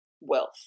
Wealth